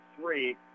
three